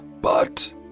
But